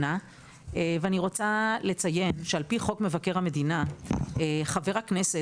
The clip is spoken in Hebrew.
ואני רוצה לציין שעל פי חוק מבקר המדינה חבר הכנסת,